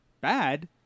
bad